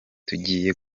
tugiye